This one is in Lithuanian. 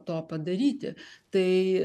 to padaryti tai